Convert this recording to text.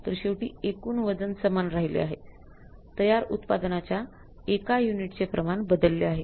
तर शेवटी एकूण वजन समान राहिले आहे तयार उत्पादनाच्या 1 युनिटचे प्रमाण बदलले आहे